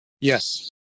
Yes